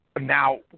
now